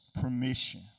permission